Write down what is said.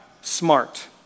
smart